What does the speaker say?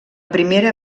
primera